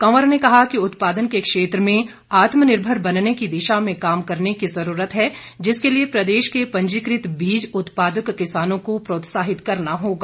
कंवर ने कहा कि उत्पादन के क्षेत्र में आत्मनिर्भर बनने की दिशा में काम करने की जरूरत है जिसके लिए प्रदेश के पंजीकृत बीज उत्पादक किसानों को प्रोत्साहित करना होगा